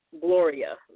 Gloria